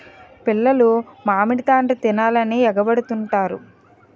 పిల్లలు మామిడి తాండ్ర తినాలని ఎగబడుతుంటారు